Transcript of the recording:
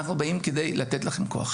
אנחנו באים כדי לתת לכם כוח,